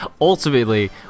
Ultimately